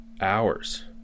hours